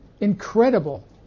Incredible